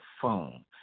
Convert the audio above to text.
phone